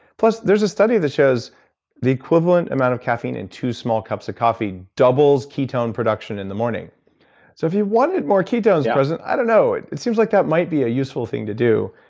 plus, there's a study that shows the equivalent amount of caffeine in two small cups of coffee doubles ketone production in the morning. so if you wanted more ketones present, i don't know, it it seems like that might be a useful thing to do.